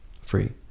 free